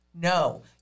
No